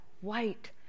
white